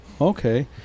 okay